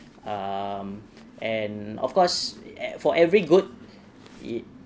um and of course for every good it